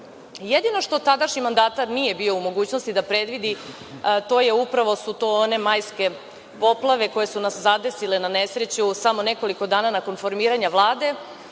planu. Jedino što tadašnji mandatar nije bio u mogućnosti da predvidi su to one majske poplave koje su nas zadesile na nesreću, samo nekoliko dana nakon formiranja Vlade